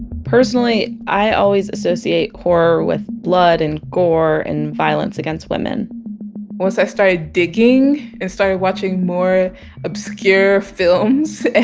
personally, i always associate horror with blood and gore, and violence against women once i started digging and started watching more obscure films